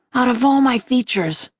out of all my features,